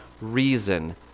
reason